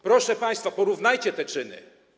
Proszę państwa, porównajcie te czyny.